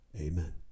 Amen